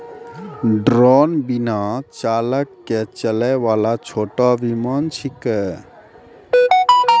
drone बिना चालक के चलै वाला छोटो विमान छेकै